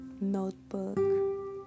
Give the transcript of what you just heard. Notebook